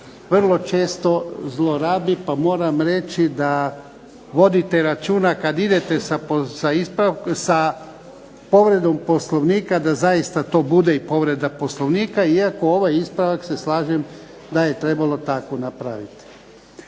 vrlo često zlorabi pa moram reći da vodite računa kad idete sa povredom Poslovnika da zaista to bude i povreda Poslovnika, iako ovaj ispravak se slažem da je trebalo tako napraviti.